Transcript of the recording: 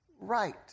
right